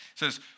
says